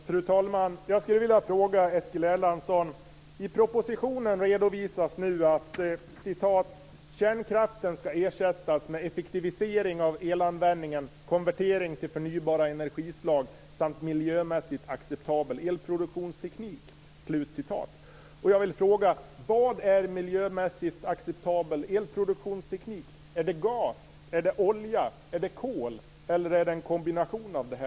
Fru talman! Jag skulle vilja ställa en fråga till Eskil Erlandsson. I propositionen redovisas att "kärnkraften skall ersättas med effektivisering av elanvändningen, konvertering till förnybara energislag samt miljömässigt acceptabel elproduktionsteknik". Vad är miljömässigt acceptabel elproduktionsteknik? Är det gas? Är det olja? Är det kol? Är det en kombination av dessa?